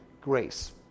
grace